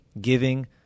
giving